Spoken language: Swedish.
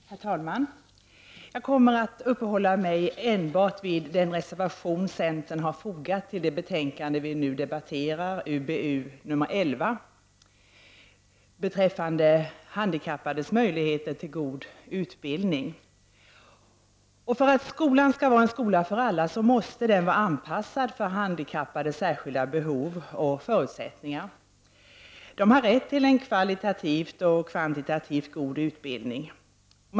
Herr talman! Jag kommer att enbart uppehålla mig vid centerns reservation nr 15, som är fogad till det betänkande som vi nu debatterar, alltså UbUll. För att skolan skall vara en skola för alla måste den vara anpassad till de handikappades särskilda behov och förutsättningar. De handikappade har rätt till en kvalitativt och kvantitativt god utbildning.